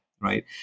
Right